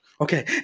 Okay